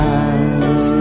eyes